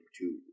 two